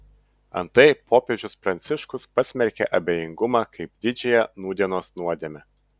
antai popiežius pranciškus pasmerkė abejingumą kaip didžiąją nūdienos nuodėmę